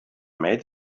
made